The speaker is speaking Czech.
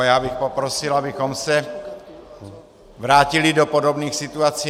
Já bych poprosil, abychom se vrátili do podobných situací.